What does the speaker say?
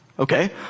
Okay